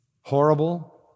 horrible